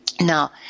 Now